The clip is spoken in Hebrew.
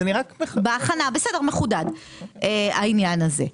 בסדר, העניין הזה מחודד.